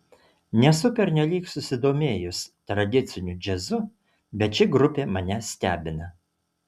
nesu pernelyg susidomėjus tradiciniu džiazu bet ši grupė mane stebina